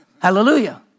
Hallelujah